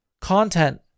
content